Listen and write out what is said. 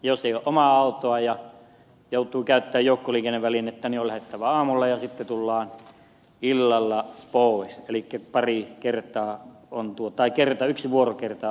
jos ei ole omaa autoa ja joutuu käyttämään joukkoliikennevälinettä on lähdettävä aamulla ja sitten tullaan illalla pois elikkä yksi vuorokerta on tuolla välillä